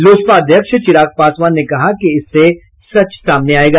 लोजपा अध्यक्ष चिराग पासवान ने कहा कि इससे सच सामने आयेगा